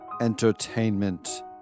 Entertainment